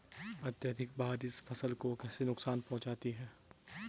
अत्यधिक बारिश फसल को कैसे नुकसान पहुंचाती है?